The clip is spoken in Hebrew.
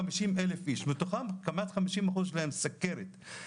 מתוכם כמעט לכ-50% יש להם סוכרת.